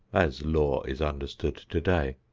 as law is understood today.